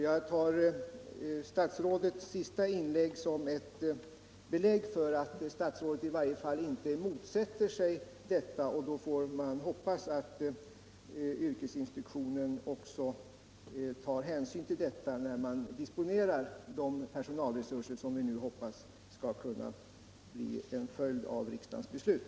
Jag tar statsrådets senaste inlägg som ett belägg för att statsrådet i varje fall inte motsätter sig detta, och då får man hoppas att arbetarskyddsstyrelsen också tar hänsyn härtill när man disponerar de ökade personalresurser som blir en följd av riksdagens beslut.